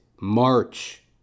March